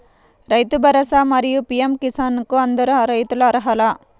రైతు భరోసా, మరియు పీ.ఎం కిసాన్ కు అందరు రైతులు అర్హులా?